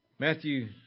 Matthew